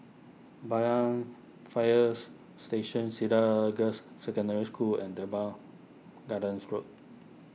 Banyan Fires Station Cedar Girls' Secondary School and Teban Gardens Road